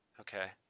Okay